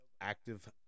Active